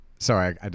Sorry